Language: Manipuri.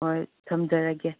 ꯍꯣꯏ ꯊꯝꯖꯔꯒꯦ